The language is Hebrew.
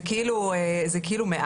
זה כאילו מעט,